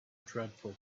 dreadful